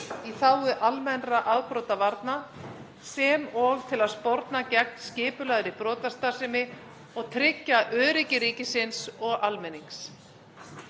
í þágu almennra afbrotavarna, sem og til að sporna gegn skipulagðri brotastarfsemi og tryggja öryggi ríkisins og almennings.